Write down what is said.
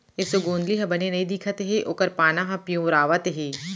एसों गोंदली ह बने नइ दिखत हे ओकर पाना ह पिंवरावत हे